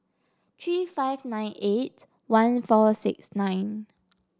three five nine eight one four six nine